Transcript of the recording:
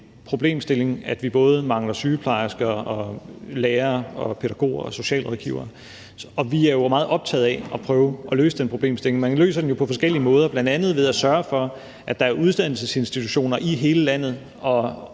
problemstilling, at vi både mangler sygeplejersker, lærere, pædagoger og socialrådgivere. Vi er meget optaget af at prøve at løse den problemstilling. Man løser den på forskellige måder, bl.a. ved at sørge for, at der er uddannelsesinstitutioner i hele landet